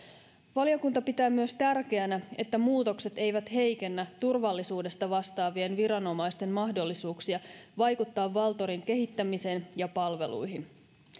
valiokunta pitää myös tärkeänä että muutokset eivät heikennä turvallisuudesta vastaavien viranomaisten mahdollisuuksia vaikuttaa valtorin kehittämiseen ja palveluihin